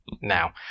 Now